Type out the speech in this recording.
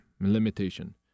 limitation